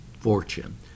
fortune